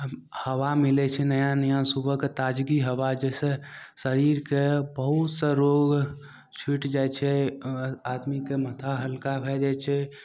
हवा मिलय छै नया नया सुबहके ताजगी हवा जाहिसँ शरीरके बहुत सा रोग छूटि जाइ छै आदमीके माथा हल्का भए जाइ छै